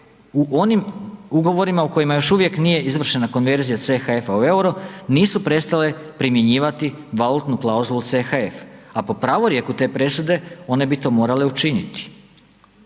u onim ugovorima u kojima još uvijek nije izvršena konverzija CHF-a u EUR-u nisu prestale primjenjivati valutnu klauzulu CHF, a po pravorijeku te presude one bi to morale učiniti.